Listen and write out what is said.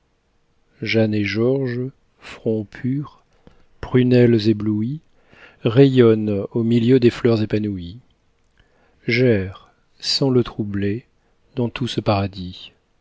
jeanne et georges fronts purs prunelles éblouies rayonnent au milieu des fleurs épanouies j'erre sans le troubler dans tout ce paradis